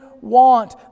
want